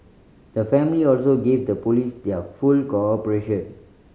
the family also gave the Police their full cooperation